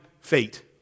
fate